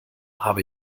habe